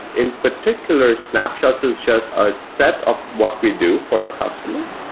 in particular, snapshot is just a set of what we do for our customers,